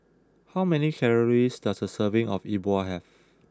how many calories does a serving of E Bua have